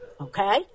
Okay